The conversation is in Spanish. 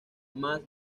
más